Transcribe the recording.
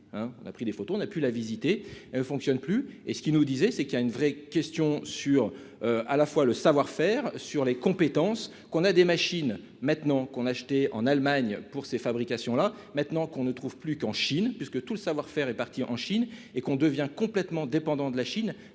on a pris des photos, on a pu la visiter fonctionnent plus et ce qui nous disait c'est qu'il y a une vraie question sur à la fois le savoir-faire sur les compétences qu'on a des machines maintenant qu'on a achetée en Allemagne pour ses fabrications là maintenant qu'on ne trouve plus qu'en Chine, puisque tout le savoir-faire est parti en Chine et qu'on devient complètement dépendants de la Chine,